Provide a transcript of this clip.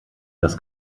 das